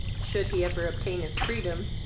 should he ever obtain his freedom,